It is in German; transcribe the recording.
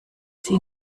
sie